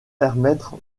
permettre